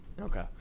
Okay